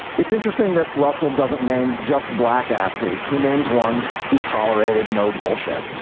it's interesting that russell doesn't name just black athletes. he names ones who tolerated no bullshit,